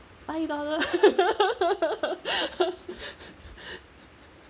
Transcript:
five dollar